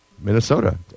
Minnesota